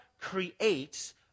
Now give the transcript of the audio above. creates